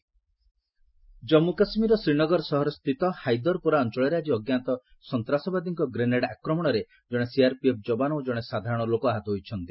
JK grenade attack ଜନ୍ମ୍ର କାଶୁୀରର ଶ୍ରୀନଗର ସହରସ୍ଥିତ ହାଇଦର୍ପୋରା ଅଞ୍ଚଳରେ ଆଜି ଅଜ୍ଞାତ ସନ୍ତାସବାଦୀମାନଙ୍କ ଗ୍ରେନେଡ୍ ଆକ୍ରମଣରେ ଜଣେ ସିଆର୍ପିଏଫ୍ ଯବାନ ଓ ଜଣେ ସାଧାରଣ ଲୋକ ଆହତ ହୋଇଛନ୍ତି